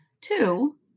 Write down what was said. Two